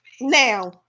now